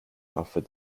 offered